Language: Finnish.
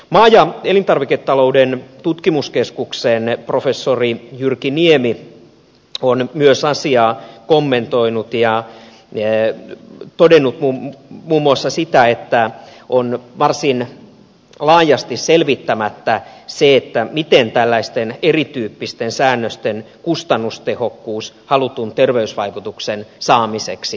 maa ja elintarviketalouden tutkimuskeskuksen professori jyrki niemi on myös asiaa kommentoinut ja todennut muun muassa sen että on varsin laajasti selvittämättä se miten tällaisten erityyppisten säännösten kustannustehokkuus halutun terveysvaikutuksen saamiseksi toteutuu